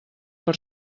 per